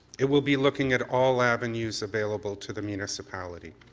it will be looking at all avenues available to the municipality.